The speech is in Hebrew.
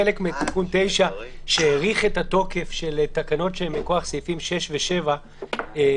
חלק מתיקון 9 שהאריך את התוקף של תקנות שהן מכוח סעיפים 6 ו-7 לחוק,